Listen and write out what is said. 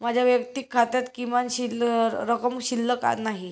माझ्या वैयक्तिक खात्यात किमान रक्कम शिल्लक नाही